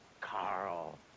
Carl